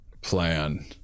plan